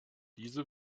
diese